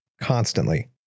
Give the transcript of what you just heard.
constantly